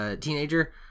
teenager